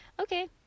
Okay